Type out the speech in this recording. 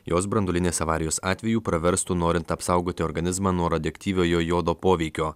jos branduolinės avarijos atveju praverstų norint apsaugoti organizmą nuo radioaktyviojo jodo poveikio